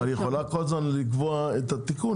אבל היא יכולה כל הזמן לתבוע את התיקון שלהן.